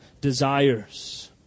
desires